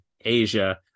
asia